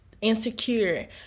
insecure